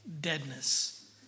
deadness